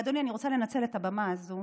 אדוני, אני רוצה לנצל את הבמה הזו